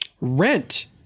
Rent